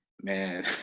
man